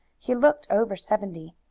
he looked over seventy,